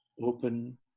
Open